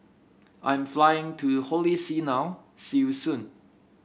I'm flying to Holy See now see you soon